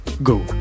go